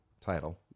title